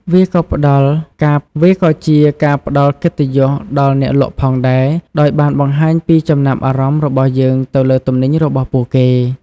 វាក៏ជាការផ្តល់កិត្តិយសដល់អ្នកលក់ផងដែរ ដោយបានបង្ហាញពីចំណាប់អារម្មណ៍របស់យើងទៅលើទំនិញរបស់ពួកគេ។